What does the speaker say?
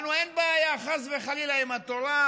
לנו אין בעיה, חס וחלילה, עם התורה,